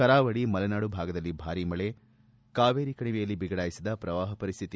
ಕರಾವಳಿ ಮಲೆನಾಡು ಭಾಗದಲ್ಲಿ ಭಾರಿ ಮಳೆ ಕಾವೇರಿ ಕಣಿವೆಯಲ್ಲಿ ಬಿಗಡಾಯಿಸಿದ ಪ್ರವಾಹ ಪರಿಸ್ಟಿತಿ